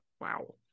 Wow